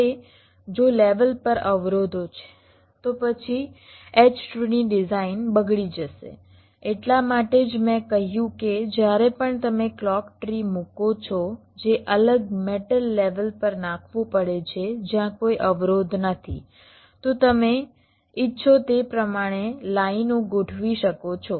હવે જો લેવલ પર અવરોધો છે તો પછી H ટ્રીની ડિઝાઇન બગડી જશે એટલા માટે જ મેં કહ્યું કે જ્યારે પણ તમે ક્લૉક ટ્રી મૂકો છો જે અલગ મેટલ લેવલ પર નાખવું પડે છે જ્યાં કોઈ અવરોધ નથી તો તમે ઇચ્છો તે પ્રમાણે લાઈનો ગોઠવી શકો છો